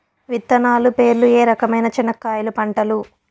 విత్తనాలు పేర్లు ఏ రకమైన చెనక్కాయలు పంటలు?